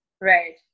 right